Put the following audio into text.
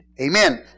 Amen